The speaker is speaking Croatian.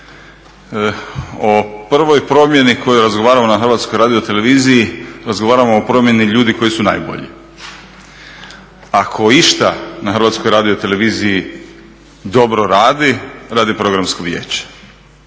O prvoj promjeni o kojoj razgovaramo na HRT-u, razgovaramo o promijeni ljudi koji su najbolji. Ako išta na HRT-u dobro radi, radi Programsko vijeće.